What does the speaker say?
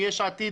מיש עתיד,